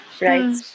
right